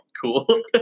cool